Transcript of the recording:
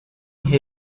هدیه